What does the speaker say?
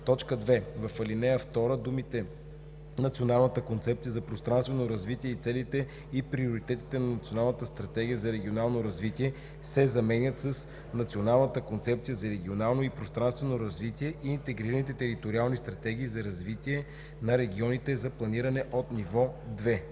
2. В ал. 2 думите „Националната концепция за пространствено развитие и целите и приоритетите на Националната стратегия за регионално развитие“ се заменят с „Националната концепция за регионално и пространствено развитие и интегрираните териториални стратегии за развитие на регионите за планиране от ниво 2.“